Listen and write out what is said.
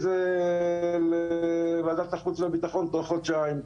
זה לוועדת החוץ והביטחון תוך חודשיים.